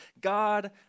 God